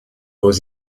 aux